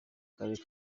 karere